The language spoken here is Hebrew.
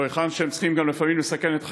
להיכן שהם צריכים גם לפעמים לסכן את חייהם.